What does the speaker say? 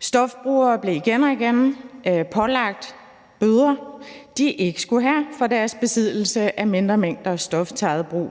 Stofbrugere blev igen og igen pålagt bøder, de ikke skulle have, for deres besiddelse af mindre mængder stof til eget brug.